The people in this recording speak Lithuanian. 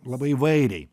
labai įvairiai